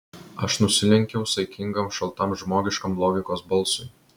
aš nusilenkiau saikingam šaltam žmogiškam logikos balsui